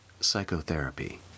Psychotherapy